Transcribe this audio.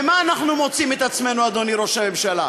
ובמה אנחנו מוצאים את עצמנו, אדוני ראש הממשלה?